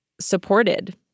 supported